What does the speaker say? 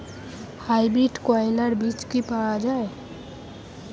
Hybrid করলার বীজ কি পাওয়া যায়?